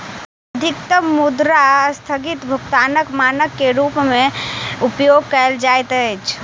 अधिकतम मुद्रा अस्थगित भुगतानक मानक के रूप में उपयोग कयल जाइत अछि